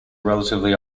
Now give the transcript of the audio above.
relatively